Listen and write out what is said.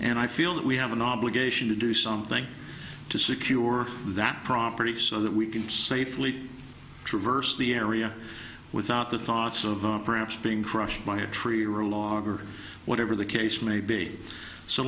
and i feel that we have an obligation to do something to secure that property so that we can safely traverse the area without the thoughts of perhaps being crushed by a tree or a log or whatever the case may be so